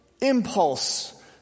impulse